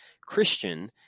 Christian